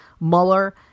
Mueller